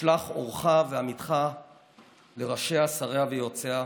ושלח אורך ואמיתך לראשיה, שריה ויועציה,